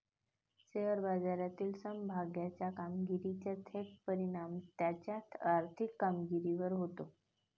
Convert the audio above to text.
share बाजारातील समभागाच्या कामगिरीचा थेट परिणाम त्याच्या आर्थिक कामगिरीवर होतो